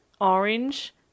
Orange